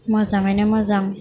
मोजाङैनो मोजां